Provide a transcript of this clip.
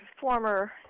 former